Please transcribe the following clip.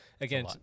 again